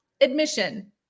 Admission